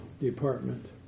department